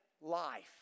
life